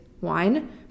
wine